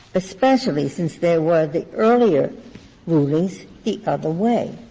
especially since there were the earlier rulings the other way.